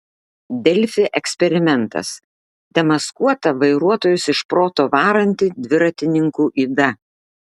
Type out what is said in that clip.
delfi eksperimentas demaskuota vairuotojus iš proto varanti dviratininkų yda